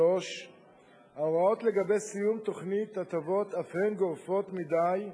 3. ההוראות לגבי סיום תוכנית הטבות אף הן גורפות מדי,